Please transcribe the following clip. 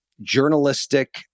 journalistic